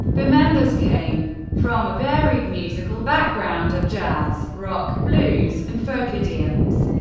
the members came from a varied musical background of jazz, rock, blues, and folk idioms.